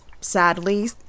sadly